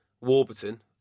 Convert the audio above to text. Warburton